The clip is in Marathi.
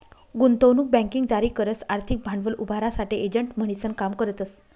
गुंतवणूक बँकिंग जारी करस आर्थिक भांडवल उभारासाठे एजंट म्हणीसन काम करतस